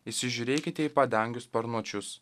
įsižiūrėkite į padangių sparnuočius